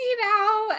now